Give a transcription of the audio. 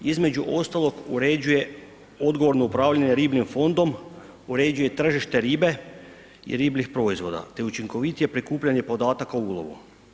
Između ostalog uređuje odgovorno upravljanje ribljim fondom, uređuje tržište ribe i ribljih proizvoda te učinkovitije prikupljanje podataka o ulovu.